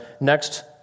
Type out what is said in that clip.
next